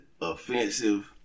offensive